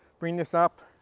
bring this up.